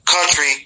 country